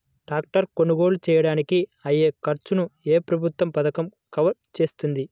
Tractor కొనుగోలు చేయడానికి అయ్యే ఖర్చును ఏ ప్రభుత్వ పథకం కవర్ చేస్తుంది?